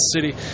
city